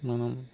మనం